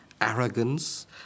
arrogance